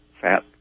fat